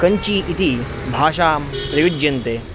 कञ्ची इति भाषां प्रयुज्यन्ते